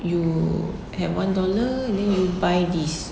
you have one dollar and then you buy this